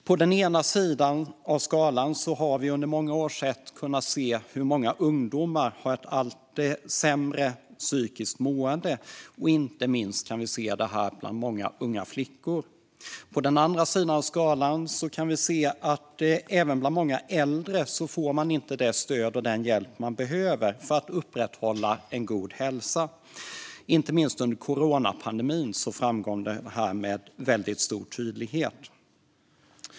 På den ena sidan av skalan har vi under många år kunnat se hur många ungdomar har ett allt sämre psykiskt mående, och inte minst kan vi se detta bland många unga flickor. På den andra sidan av skalan kan vi se att många äldre inte heller får det stöd och den hjälp som de behöver för att upprätthålla en god hälsa. Inte minst under coronapandemin framkom detta med väldigt stor tydlighet.